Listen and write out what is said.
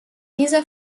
dieser